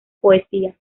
poesía